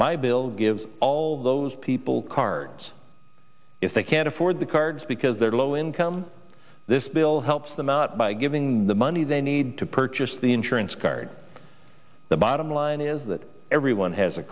my bill gives all those people cards if they can't afford the cards because their low income this bill helps them out by giving the money they need to purchase the insurance card the bottom line is that everyone has a